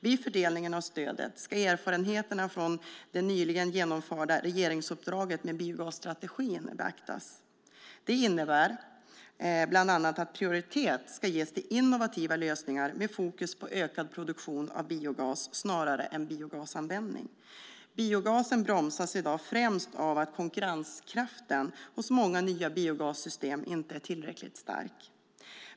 Vid fördelningen av stödet ska erfarenheterna från det nyligen genomförda regeringsuppdraget med biogasstrategin beaktas. Det innebär bland annat att prioritet ska ges till innovativa lösningar med fokus på ökad produktion av biogas snarare än biogasanvändning. Biogasen bromsas i dag främst av att konkurrenskraften hos många nya biogassystem inte är tillräckligt stark.